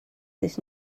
this